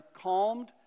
calmed